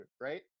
right